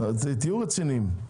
תהיו רציניים.